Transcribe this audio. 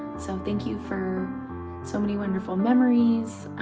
so thank you for so many wonderful memories.